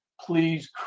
please